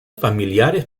familiares